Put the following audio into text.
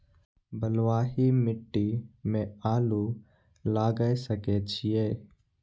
बलवाही मिट्टी में आलू लागय सके छीये?